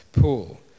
pool